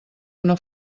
una